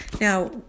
Now